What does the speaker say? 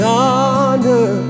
honor